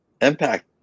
impact